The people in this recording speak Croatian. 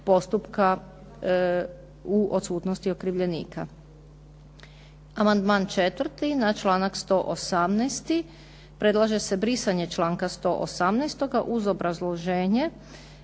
postupka u odsutnosti okrivljenika. Amandman 4. na članak 118. Predlaže se brisanje članka 118. uz obrazloženje